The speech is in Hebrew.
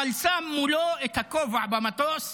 אבל שם מולו את הכובע במטוס,